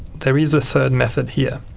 there is a third method here.